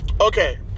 Okay